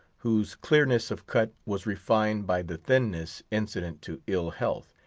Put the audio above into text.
whose clearness of cut was refined by the thinness, incident to ill-health,